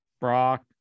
Brock